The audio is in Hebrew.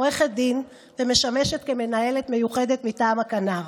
עורכת דין ומשמשת מנהלת מיוחדת מטעם הכנ"ר.